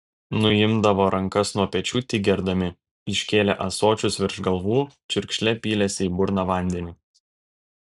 nuimdavo rankas nuo pečių tik gerdami iškėlę ąsočius virš galvų čiurkšle pylėsi į burną vandenį